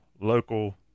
local